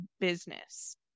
business